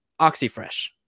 Oxyfresh